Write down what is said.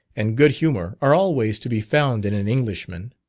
and good humour, are always to be found in an englishman.